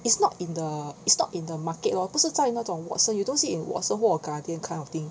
it's not in the it's not in the market lor 不是在那种 Watson you don't see in Watson 或 Guardian kind of thing